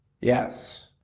Yes